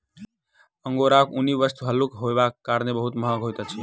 अंगोराक ऊनी वस्त्र हल्लुक होयबाक कारणेँ बड़ महग होइत अछि